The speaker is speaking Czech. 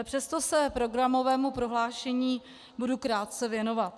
Přesto se programovému prohlášení budu krátce věnovat.